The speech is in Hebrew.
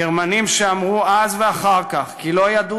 הגרמנים שאמרו אז ואחר כך כי לא ידעו